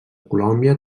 colòmbia